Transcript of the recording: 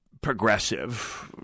progressive